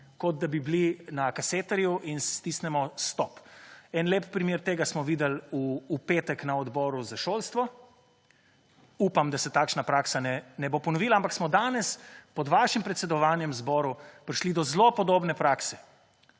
kot da bi bili na kasetarju in stisnemo stop. En lep primer tega smo videli v petek na Odboru za šolstvo. Upam, da se takšna praksa ne bo ponovila, ampak smo danes pod vašim predsedovanjem zboru prišlo do zelo podobne prakse,